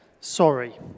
sorry